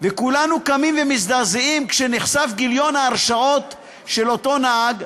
כולנו קמים ומזדעזעים כשנחשף גיליון ההרשעות של אותו נהג,